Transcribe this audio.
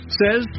says